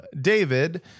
David